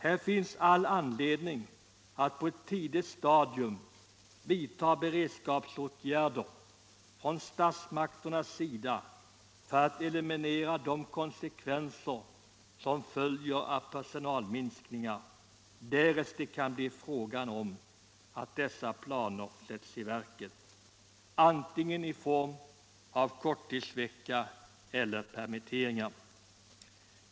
Det finns all anledning för statsmakterna att på ett tidigt stadium vidta beredskapsåtgärder för att eliminera konsekvenserna av personalminskningar —- om nu dessa planer sätts i verket — vare sig det sker genom införande av korttidsvecka eller genom permitteringar.